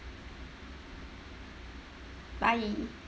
bye